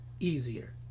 Easier